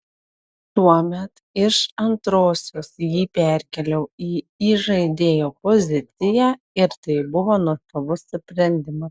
tuomet iš antrosios jį perkėliau į įžaidėjo poziciją ir tai buvo nuostabus sprendimas